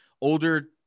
older